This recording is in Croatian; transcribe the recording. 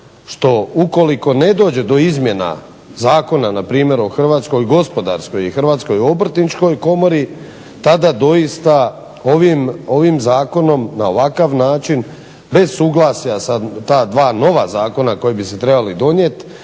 što ukoliko ne dođe do izmjena zakona npr. o Hrvatskoj gospodarskoj i Hrvatskoj obrtničkoj komori tada doista ovim zakonom na ovakav način bez suglasja sa ta dva nova zakona koji bi se trebali donijet